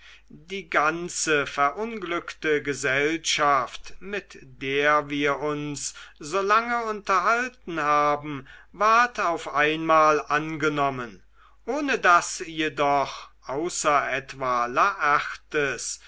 die ganze verunglückte gesellschaft mit der wir uns so lange unterhalten haben ward auf einmal angenommen ohne daß jedoch außer etwa